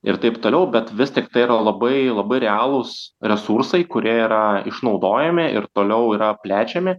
ir taip toliau bet vis tiktai yra labai labai realūs resursai kurie yra išnaudojami ir toliau yra plečiami